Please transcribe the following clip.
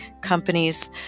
companies